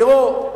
תראו,